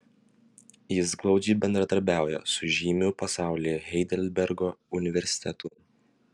jis glaudžiai bendradarbiauja su žymiu pasaulyje heidelbergo universitetu